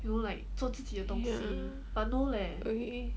ya okay